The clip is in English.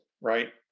right